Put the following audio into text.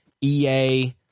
EA